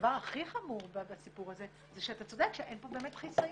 והדבר הכי חמור בסיפור הזה זה שאתה צודק שאין פה באמת חיסיון.